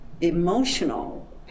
emotional